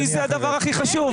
כי זה הדבר הכי חשוב.